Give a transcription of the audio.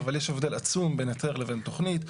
אבל יש הבדל עצום בין היתר לבין תכנית.